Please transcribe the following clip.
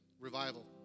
revival